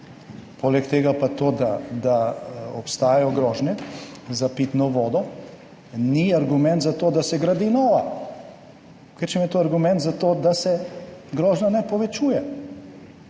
Poleg tega pa to, da obstajajo grožnje za pitno vodo, ni argument za to, da se gradi nova, kvečjemu je to argument za to, da se grožnja ne povečuje.